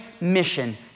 mission